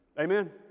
Amen